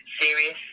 serious